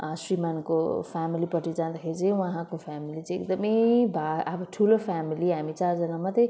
श्रीमानको फ्यामिलीपट्टि जाँदाखेरि चाहिँ उहाँको फ्यामिली चाहिँ एकदमै भा अब ठुलो फ्यामिली हामी चारजना मात्रै